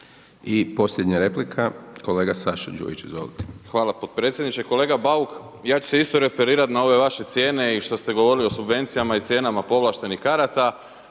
I posljednja replika kolega Saša Đujić, izvolite. **Đujić, Saša (SDP)** Hvala potpredsjedniče. Kolega Bauk, ja ću se isto referirat na ove vaše cijene i što ste govorili o subvencijama i cijenama povlaštenih karata